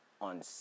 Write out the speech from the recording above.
on